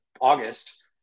August